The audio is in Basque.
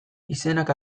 izenak